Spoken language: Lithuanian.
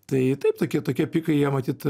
tai taip tokie tokie pikai jie matyt